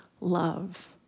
love